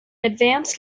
advanced